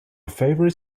favorite